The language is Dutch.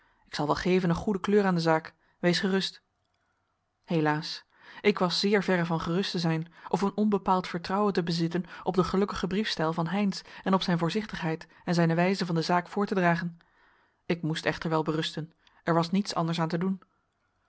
ik zal wel geven een goede kleur aan de zaak wees gerust helaas ik was zeer verre van gerust te zijn of een onbepaald vertrouwen te bezitten op den gelukkigen briefstijl van heynsz en op zijn voorzichtigheid en zijne wijze van de zaak voor te dragen ik moest echter wel berusten er was niets anders aan te doen